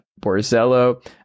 Borzello